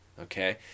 okay